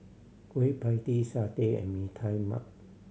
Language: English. Kueh Pie Tee satay and Mee Tai Mak